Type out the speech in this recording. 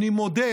אני מודה